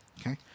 okay